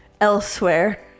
elsewhere